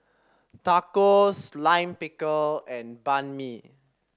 Tacos Lime Pickle and Banh Mi